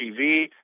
TV